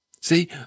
See